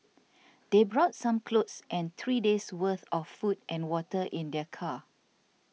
they brought some clothes and three days' worth of food and water in their car